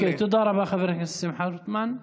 אוקיי, תודה רבה, חבר הכנסת שמחה רוטמן.